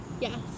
yes